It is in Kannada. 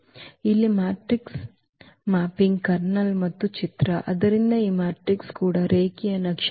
ಇಲ್ಲಿ ಮ್ಯಾಟ್ರಿಕ್ಸ್ ಮ್ಯಾಪಿಂಗ್ನ ಕರ್ನಲ್ ಮತ್ತು ಚಿತ್ರ ಆದ್ದರಿಂದ ಈ ಮ್ಯಾಟ್ರಿಕ್ಸ್ ಕೂಡ ರೇಖೀಯ ನಕ್ಷೆಗಳು